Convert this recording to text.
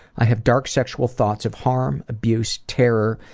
i have dark, sexual thoughts of harm, abuse, terror,